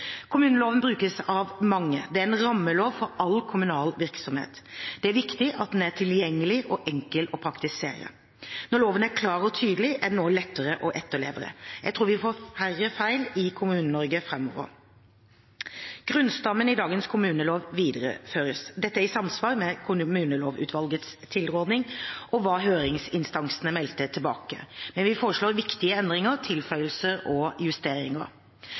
Kommuneloven brukes av mange. Det er en rammelov for all kommunal virksomhet. Det er viktig at den er tilgjengelig og enkel å praktisere. Når loven er klar og tydelig, er den også lettere å etterleve. Jeg tror vi får færre feil i Kommune-Norge framover. Grunnstammen i dagens kommunelov videreføres. Dette er i samsvar med kommunelovutvalgets tilråding og hva høringsinstansene meldte tilbake. Men vi foreslår viktige endringer, tilføyelser og justeringer.